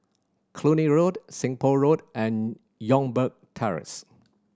Cluny Road Seng Poh Road and Youngberg Terrace